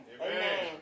Amen